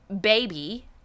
baby